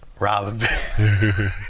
Robin